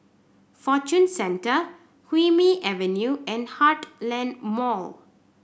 Fortune Centre Hume Avenue and Heartland Mall